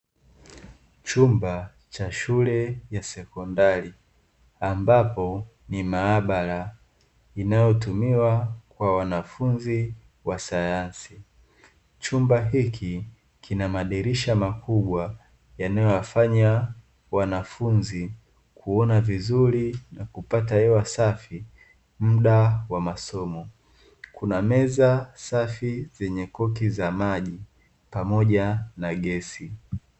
Chumba ha shule ya sekondari ambapo ni maabara inayotumiwa kwa wanafunzi wa sayansi ,chumba hiki kina madilisha makubwa yanayowafanya wanafunzi kuona vizuri na kupata hewa safi muda wa masomo kuna meza safi zenye koki za maji pamoja na gesi.